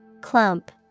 Clump